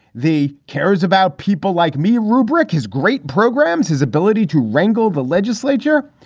the cares about people like me rubric has great programs, his ability to wrangle the legislature.